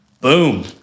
Boom